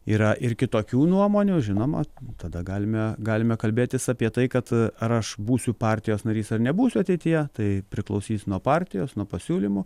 yra ir kitokių nuomonių žinoma tada galime galime kalbėtis apie tai kad ar aš būsiu partijos narys ar nebūsiu ateityje tai priklausys nuo partijos nuo pasiūlymų